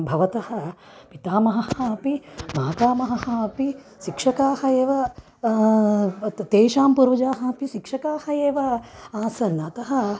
भवतः पितामहः अपि मातामहः अपि शिक्षकाः एव त त तेषां पूर्वजाः अपि शिक्षकाः एव आसन् अतः